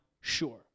sure